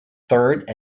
third